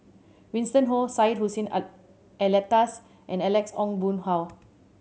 Winston Oh Syed Hussein Alatas and Alex Ong Boon Hau